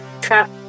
trap